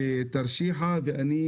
בינתיים הוא